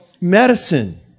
medicine